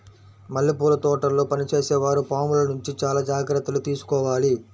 మల్లెపూల తోటల్లో పనిచేసే వారు పాముల నుంచి చాలా జాగ్రత్తలు తీసుకోవాలి